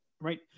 right